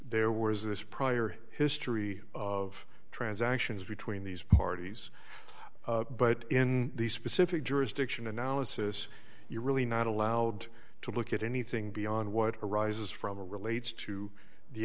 there was this prior history of transactions between these parties but in the specific jurisdiction analysis you're really not allowed to look at anything beyond what arises from relates to the